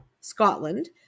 scotland